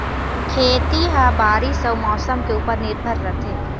खेती ह बारीस अऊ मौसम के ऊपर निर्भर रथे